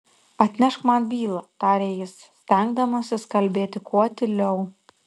atnešk man bylą tarė jis stengdamasis kalbėti kuo tyliau